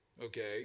Okay